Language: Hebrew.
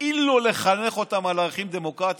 כאילו לחנך אותם על ערכים דמוקרטיים.